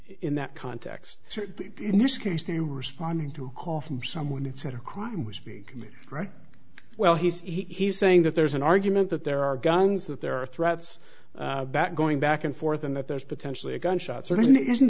in that context so in this case they were responding to a call from someone it's not a crime we speak right well he's saying that there's an argument that there are guns that there are threats that going back and forth and that there's potentially a gunshot certainly isn't